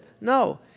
No